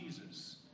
Jesus